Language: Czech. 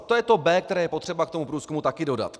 To je to B, které je potřeba k tomu průzkumu taky dodat.